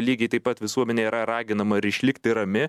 lygiai taip pat visuomenė yra raginama ir išlikti rami